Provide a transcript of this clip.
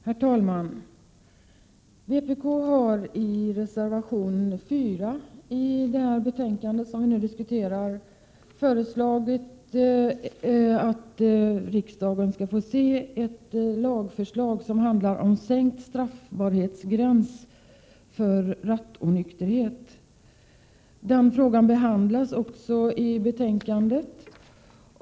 Herr talman! Vpk har i reservation 4 vid det betänkande som vi nu diskuterar föreslagit att riksdagen skall få framlagt ett lagförslag om sänkt straffbarhetsgräns för rattonykterhet. Den frågan behandlas också i betänkandet.